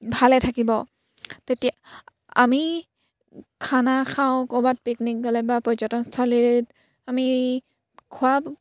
ভালে থাকিব তেতিয়া আমি খানা খাওঁ ক'ৰবাত পিকনিক গ'লে বা পৰ্যটনস্থলীত আমি খোৱা